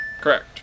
correct